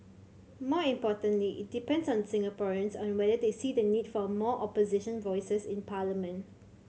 more importantly it depends on Singaporeans on whether they see the need for more Opposition voices in parliament